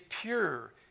pure